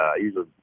usually